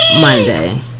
Monday